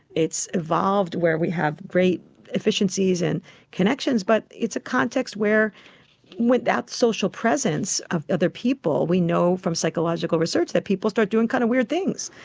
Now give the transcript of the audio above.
evolved where we have great efficiencies and connections, but it's a context where without social presence of other people we know from psychological research that people start doing kind of weird things.